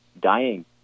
dying